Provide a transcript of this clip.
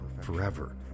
forever